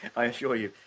i assure you,